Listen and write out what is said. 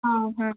ও হুম